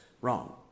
wrong